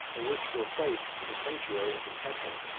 and which were placed in the sanctuary of his temple,